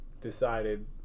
decided